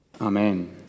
Amen